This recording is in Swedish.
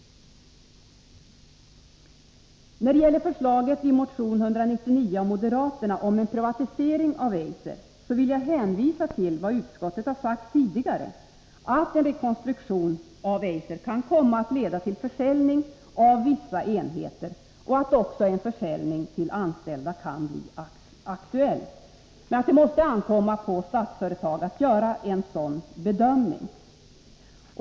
När det gäller förslaget i motion 199 av moderaterna om en privatisering av Eiser vill jag hänvisa till vad utskottet har sagt tidigare, att en rekonstruktion av Eiser kan komma att leda till en försäljning av vissa enheter och att en Nr 55 försäljning också till anställda kan bli aktuell. Men det måste ankomma på Onsdagen den Statsföretag att göra en sådan bedömning.